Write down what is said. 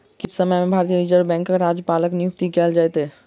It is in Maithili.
किछ समय में भारतीय रिज़र्व बैंकक राज्यपालक नियुक्ति कएल जाइत